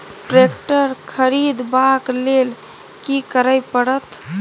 Tractor खरीदबाक लेल की करय परत?